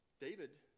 David